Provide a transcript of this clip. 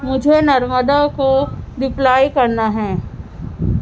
مجھے نرمدا کو رپلائی کرنا ہے